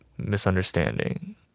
misunderstanding